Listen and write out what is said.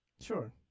Sure